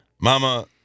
Mama